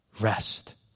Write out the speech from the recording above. rest